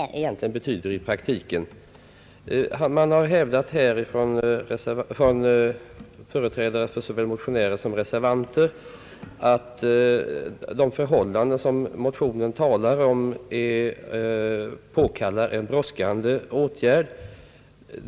Herr talman! Som företrädare för utskottsmajoriteten i den här frågan kan jag fatta mig relativt kort. Det är ganska svårt att se vad skiljaktigheten mellan reservanterna och utskottets majoritet egentligen betyder i praktiken. Företrädare för såväl motionärer som reservanter har hävdat att de förhållanden, som motionärerna talar om, påkallar en brådskande åtgärd.